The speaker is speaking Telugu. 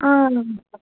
అవును